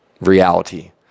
reality